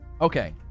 Okay